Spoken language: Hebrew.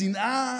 השנאה